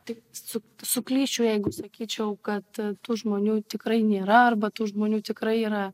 taip su suklysčiau jeigu sakyčiau kad tų žmonių tikrai nėra arba tų žmonių tikrai yra